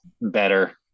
better